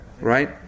right